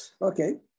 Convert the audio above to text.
Okay